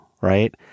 right